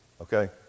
okay